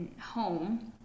home